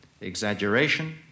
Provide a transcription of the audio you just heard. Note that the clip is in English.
exaggeration